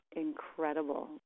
incredible